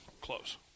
close